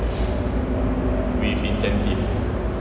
with incentives